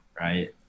right